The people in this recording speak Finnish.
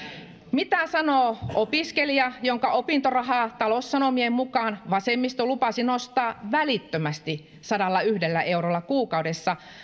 mitä sanoo opiskelija jonka opintorahaa taloussanomien mukaan vasemmisto lupasi nostaa välittömästi sadallayhdellä eurolla kuukaudessa